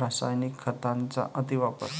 रासायनिक खतांचा अतिवापर